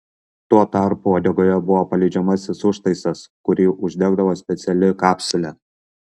tuo tarpu uodegoje buvo paleidžiamasis užtaisas kurį uždegdavo speciali kapsulė